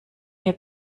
mir